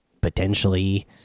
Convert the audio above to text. potentially